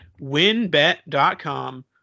winbet.com